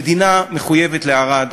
המדינה מחויבת לערד,